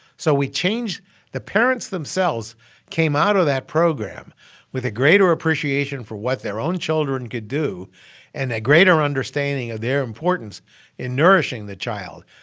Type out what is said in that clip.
so we changed the parents themselves came out of that program with a greater appreciation for what their own children could do and a greater understanding of their importance in nourishing the child.